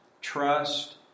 trust